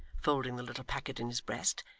folding the little packet in his breast,